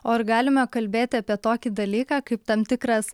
o ar galime kalbėti apie tokį dalyką kaip tam tikras